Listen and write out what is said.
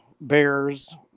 bears